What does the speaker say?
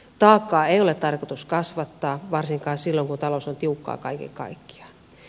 taakkaa ei ole tarkoitus kasvattaa varsinkaan silloin kun talous on tiukkaa kaiken kaikkiaan